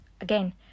again